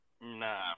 Nah